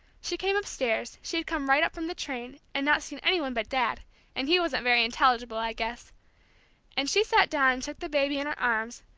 she came upstairs she'd come right up from the train, and not seen any one but dad and he wasn't very intelligible, i guess and she sat down and took the baby in her arms,